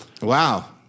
Wow